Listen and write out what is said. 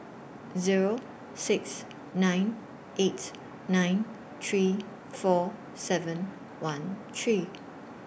Zero six nine eight nine three four seven one three